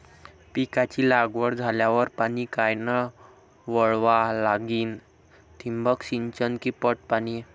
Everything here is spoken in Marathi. पिकाची लागवड झाल्यावर पाणी कायनं वळवा लागीन? ठिबक सिंचन की पट पाणी?